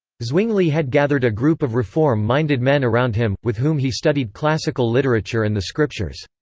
zwingli had gathered a group of reform-minded men around him, with whom he studied classical literature and the scriptures.